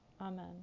Amen